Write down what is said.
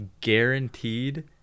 guaranteed